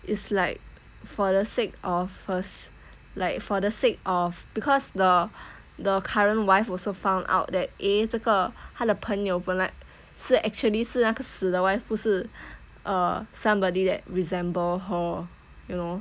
it's like for the sake of first like for the sake of because the the current wife also found out that eh 这个她的朋友本来是 actually 是那个死得 wife 不是 err somebody that resemble her you know